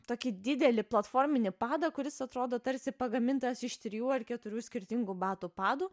tokį didelį platforminį padą kuris atrodo tarsi pagamintas iš trijų ar keturių skirtingų batų padų